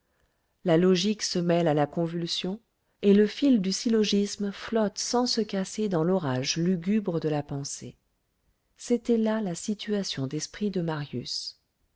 la logique se mêle à la convulsion et le fil du syllogisme flotte sans se casser dans l'orage lugubre de la pensée c'était là la situation d'esprit de marius